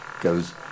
goes